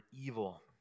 evil